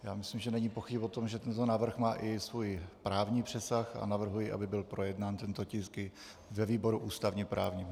Já myslím, že není pochyb o tom, že tento návrh má i svůj právní přesah, a navrhuji, aby byl projednán tento tisk i ve výboru ústavněprávním.